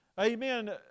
amen